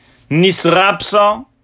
Nisrapsa